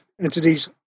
entities